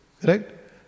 Correct